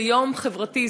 זה יום חברתי,